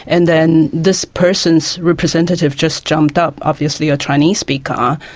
and then this person's representative just jumped up, obviously a chinese speaker,